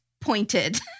pointed